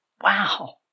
wow